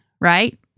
right